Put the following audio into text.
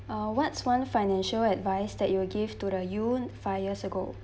uh what's one financial advice that you will give to the you five years ago